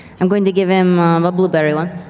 i'm going to give him a blueberry one.